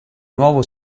nuovo